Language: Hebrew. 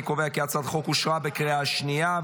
אני קובע כי הצעת החוק אושרה בקריאה שנייה.